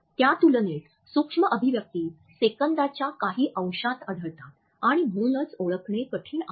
त्या तुलनेत सूक्ष्म अभिव्यक्ती सेकंदाच्या काही अंशात आढळतात आणि म्हणून ओळखणे कठीण आहे